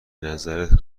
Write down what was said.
نظرت